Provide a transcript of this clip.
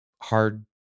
hard